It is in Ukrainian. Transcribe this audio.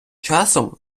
часом